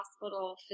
hospital